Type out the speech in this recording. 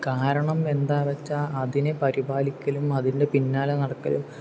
കാരണം എന്താ വെച്ചാൽ അതിനെ പരിപാലിക്കലും അതിൻ്റെ പിന്നാലെ നടക്കലും